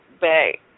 back